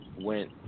went